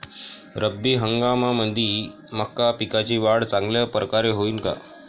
रब्बी हंगामामंदी मका पिकाची वाढ चांगल्या परकारे होईन का?